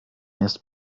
erst